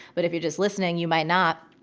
but if you're just listening you might not.